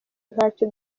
ntacyo